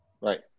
right